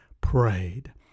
prayed